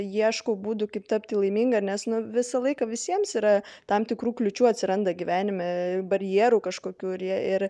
ieškau būdų kaip tapti laiminga nes visą laiką visiems yra tam tikrų kliūčių atsiranda gyvenime barjerų kažkokių ir jie ir